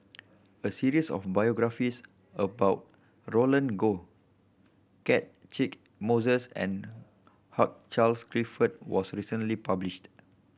a series of biographies about Roland Goh Catchick Moses and Hugh Charles Clifford was recently published